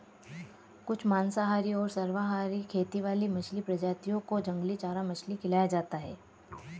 कुछ मांसाहारी और सर्वाहारी खेती वाली मछली प्रजातियों को जंगली चारा मछली खिलाया जाता है